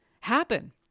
happen